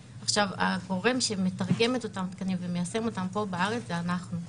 מי שמתרגם אותם ומיישם אותם פה בארץ זה אנחנו,